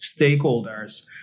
stakeholders